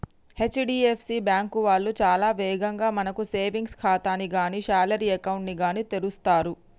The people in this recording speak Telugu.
హెచ్.డి.ఎఫ్.సి బ్యాంకు వాళ్ళు చాలా వేగంగా మనకు సేవింగ్స్ ఖాతాని గానీ శాలరీ అకౌంట్ ని గానీ తెరుస్తరు